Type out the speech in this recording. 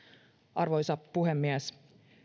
arvoisa puhemies